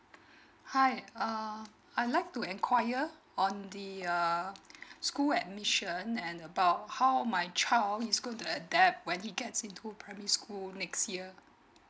hi um I'd like to enquire on the uh school admission and about how my child is going to adapt when he gets into primary school next year